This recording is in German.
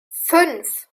fünf